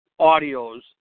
audios